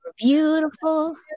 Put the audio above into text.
Beautiful